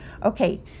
Okay